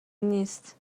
نیست